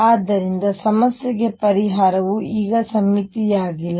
ಆದ್ದರಿಂದ ಸಮಸ್ಯೆಗೆ ಪರಿಹಾರವು ಈಗ ಸಮ್ಮಿತಿಯಾಗಿಲ್ಲ